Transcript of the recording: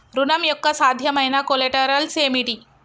ఋణం యొక్క సాధ్యమైన కొలేటరల్స్ ఏమిటి?